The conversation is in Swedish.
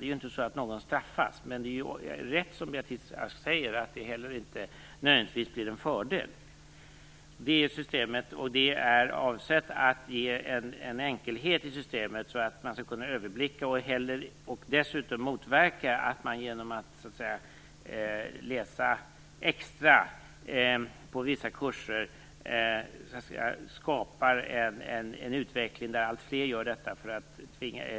Det är inte så att någon straffas, men det är rätt, som Beatrice Ask säger, att det heller inte nödvändigtvis blir en fördel. Sådant är systemet, och det är avsett att ge en enkelhet och överblickbarhet. Det skall dessutom motverka att det skapas en utveckling där allt fler läser vissa extra kurser för